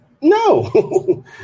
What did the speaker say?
no